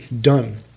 done